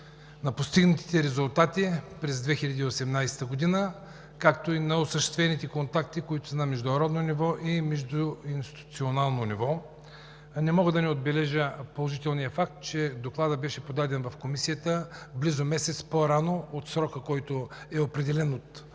на постигнатите резултати през 2018 г., както и на осъществените контакти, които са на международно и на междуинституционално ниво. Не мога да не отбележа положителния факт, че Докладът беше подаден в Комисията близо месец по-рано от срока, който е определен от